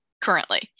currently